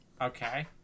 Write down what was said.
Okay